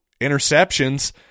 interceptions